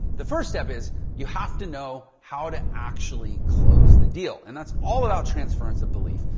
the first step is you have to know how to actually close the deal. and that's all about transference of belief.